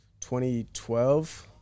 2012